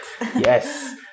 Yes